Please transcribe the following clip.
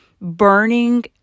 burning